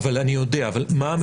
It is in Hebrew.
אני יודע, אבל מה הממוצע?